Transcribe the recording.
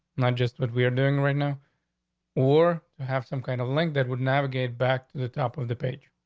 and i just what we're doing right now or have some kind of link that would navigate back to the top of the page.